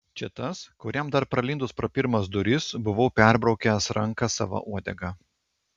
čia tas kuriam dar pralindus pro pirmas duris buvau perbraukęs ranką sava uodega